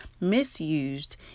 misused